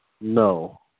No